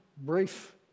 brief